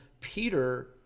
Peter